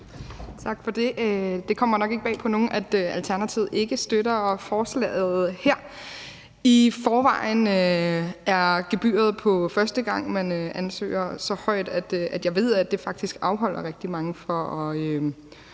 Tak for det. Det kommer nok ikke bag på nogen, at Alternativet ikke støtter forslaget her. I forvejen er gebyret, første gang man ansøger, så højt, at jeg ved, at det faktisk afholder rigtig mange fra at